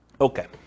Okay